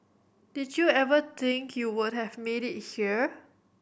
did you ever think you would have made it here